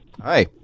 Hi